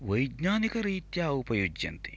वैज्ञानिक रीत्या उपयुज्यन्ते